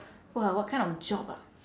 !wah! what kind of job ah